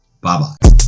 Bye-bye